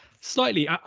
slightly